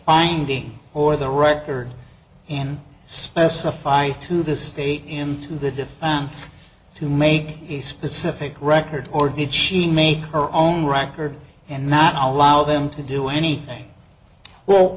finding or the record and specify to the state him to the us to make the specific record or did she make her own record and not allow them to do anything well